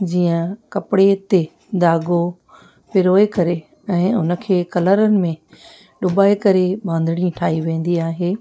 जीअं कपिड़े ते धागो पिरोए करे ऐं उन खे कलरनि में डुबाए करे बांधणी ठाही वेंदी आहे